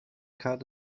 cut